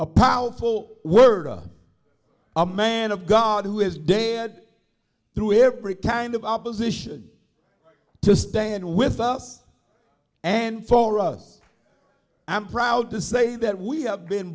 a powerful word of a man of god who is dead through every kind of opposition to stand with us and for us i'm proud to say that we have been